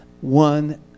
one